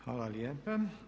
Hvala lijepa.